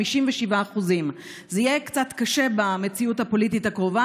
57%. זה יהיה קצת קשה במציאות הפוליטית הקרובה,